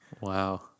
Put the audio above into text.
Wow